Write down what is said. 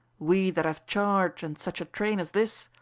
we that have charge and such a train as this,